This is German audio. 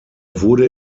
wurde